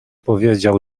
powiedział